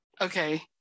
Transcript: Okay